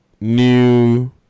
new